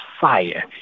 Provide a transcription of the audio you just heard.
fire